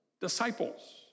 disciples